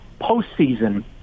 postseason